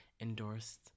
endorsed